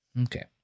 Okay